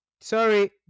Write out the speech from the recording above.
Sorry